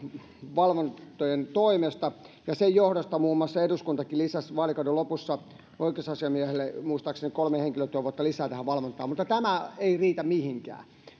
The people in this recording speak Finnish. valvontojen toimesta ja sen johdosta muun muassa eduskuntakin lisäsi vaalikauden lopussa oikeusasiamiehelle muistaakseni kolme henkilötyövuotta lisää tähän valvontaan mutta tämä ei riitä mihinkään